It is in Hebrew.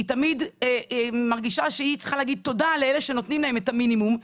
היא תמיד מרגישה שהיא צריכה להגיד תודה לאלה שנותנים להם את המינימום.